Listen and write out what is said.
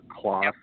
cloth